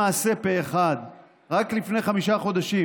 למעשה, פה אחד רק לפני חמישה חודשים,